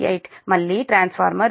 38 మళ్ళీ ట్రాన్స్ఫార్మర్ 0